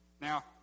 Now